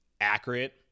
Accurate